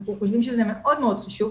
אנחנו חושבים שזה מאוד חשוב,